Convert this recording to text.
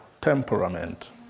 temperament